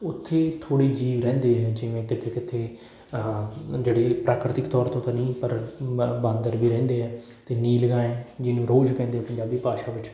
ਉੱਥੇ ਥੋੜ੍ਹੀ ਜੀਵ ਰਹਿੰਦੇ ਆ ਜਿਵੇਂ ਕਿੱਥੇ ਕਿੱਥੇ ਜਿਹੜੀ ਪ੍ਰਾਕ੍ਰਿਤਕ ਤੌਰ 'ਤੇ ਤਾਂ ਨਹੀਂ ਪਰ ਬਾ ਬਾਂਦਰ ਵੀ ਰਹਿੰਦੇ ਆ ਅਤੇ ਨੀਲ ਗਾਏ ਜਿਹਨੂੰ ਰੋਜ਼ ਕਹਿੰਦੇ ਪੰਜਾਬੀ ਭਾਸ਼ਾ ਵਿੱਚ